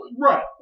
Right